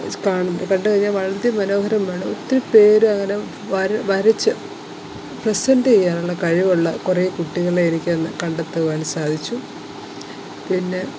കാണു കണ്ടുകഴിഞ്ഞ അതിമനോഹരമാണ് ഒത്തിരി പേരങ്ങനെ വര വരച്ച് പ്രസൻറ്റെയ്യാനുള്ള കഴിവുള്ള കുറേ കുട്ടികളെ എനിക്ക് അന്ന് കണ്ടെത്തുവാൻ സാധിച്ചു പിന്നെ